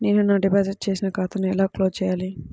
నేను నా డిపాజిట్ చేసిన ఖాతాను ఎలా క్లోజ్ చేయాలి?